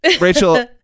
Rachel